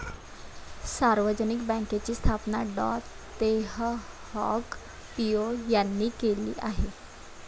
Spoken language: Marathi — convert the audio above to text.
सार्वजनिक बँकेची स्थापना डॉ तेह हाँग पिओ यांनी केली आहे